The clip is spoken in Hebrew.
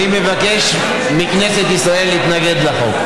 מבקש מכנסת ישראל להתנגד לחוק.